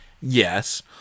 Yes